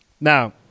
Now